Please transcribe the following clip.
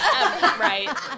Right